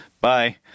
Bye